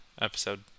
episode